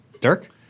Dirk